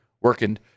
working